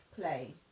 play